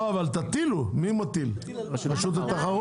בסדר אז תטיל, לא אבל תטילו, מי מטיל רשות התחרות?